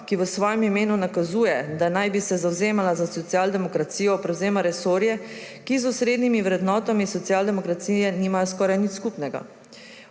ki v svojem imenu nakazuje, da bi se naj zavzemala za socialdemokracijo, prevzema resorje, ki z osrednjimi vrednotami socialdemokracije nimajo skoraj nič skupnega.